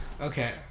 okay